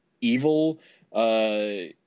evil